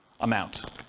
amount